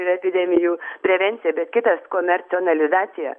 ir epidemijų prevencija bet kitas komercionalizacija